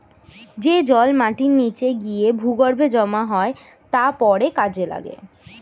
যে জল মাটির নিচে গিয়ে ভূগর্ভে জমা হয় তা পরে কাজে লাগে